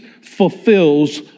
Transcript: fulfills